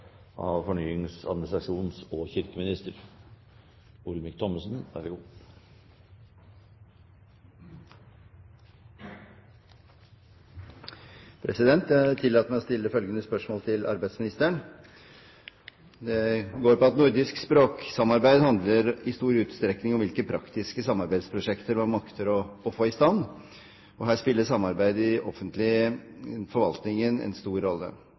av fornyings-, administrasjons- og kirkeministeren som rette vedkommende. Jeg tillater meg å stille følgende spørsmål til arbeidsministeren: «Nordisk språksamarbeid handler i stor utstrekning om hvilke praktiske samarbeidsprosjekter en makter å få i stand. Her spiller samarbeid i den offentlige forvaltningen en stor rolle.